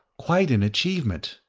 quite an achievement.